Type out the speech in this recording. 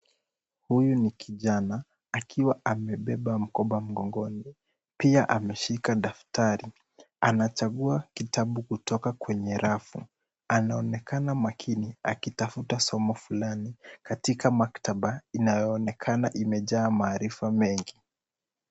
Huyu ni kijana akiwa amebeba mkoba mgongoni pia ameshika daftari, anachagua kitabu kutoka kwenye rafu. Anaonekana makini akitafuta somo fulani katika maktaba inayoonekana imejaa maarifa mengi.